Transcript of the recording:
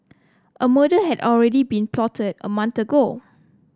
a murder had already been plotted a month ago